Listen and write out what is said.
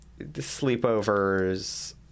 sleepovers